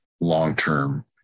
long-term